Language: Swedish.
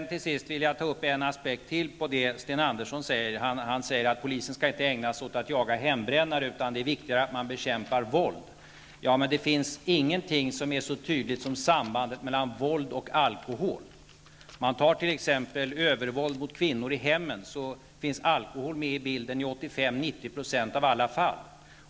Till sist vill jag ta upp ytterligare en aspekt på det som Sten Andersson i Malmö sade om att polisen inte skall ägna sig åt att jaga hembrännare utan att det är viktigare att den bekämpar våld. Men det finns ingenting som är så tydligt som sambandet mellan våld och alkohol. Beträffande t.ex. övervåld mot kvinnor i hemmen finns alkohol med i bilden i 85--90 % av alla fall.